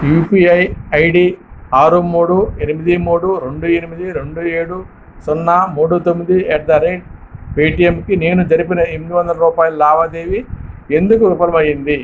UPI ID ఆరు మూడు ఎనిమిది మూడు రెండు ఎనిమిది రెండు ఏడు సున్న మూడు తొమ్మిది అట్ ది రేట్ పేటిఎంకి నేను జరిపిన ఎనిమిది వందల రూపాయల లావాదేవీ ఎందుకు విఫలం అయ్యింది